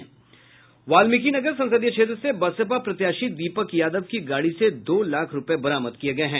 वाल्मिकीनगर संसदीय क्षेत्र से बसपा प्रत्याशी दीपक यादव की गाड़ी से दो लाख रूपये बरामद किये गये हैं